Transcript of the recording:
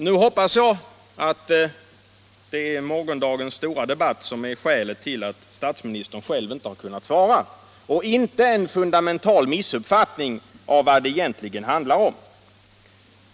Nu hoppas jag att det är morgondagens stora debatt som är skälet till att statsministern själv inte har kunnat svara och inte en fundamental missuppfattning av vad det egentligen handlar om.